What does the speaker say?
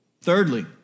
Thirdly